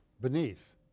beneath